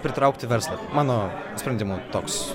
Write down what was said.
pritraukti verslą mano sprendimu toks